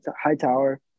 Hightower